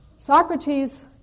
Socrates